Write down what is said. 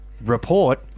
report